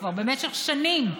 כבר במשך שנים,